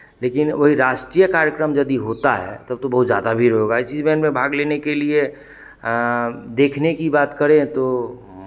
लेकिन वही राष्ट्रीय कार्यक्रम यदि होता है तब तो बहुत ज़्यादा भीड़ होगा इस चीज़ में भाग लेने के लिए देखने की बात करें तो